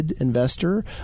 investor